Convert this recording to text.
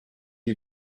you